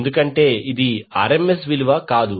ఎందుకంటే ఇది RMS విలువ కాదు